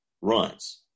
runs